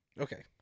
Okay